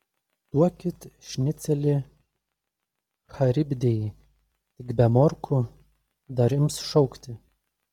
duokit šnicelį charibdei tik be morkų dar ims šaukti